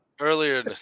Earlier